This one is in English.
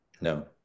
No